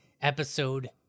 episode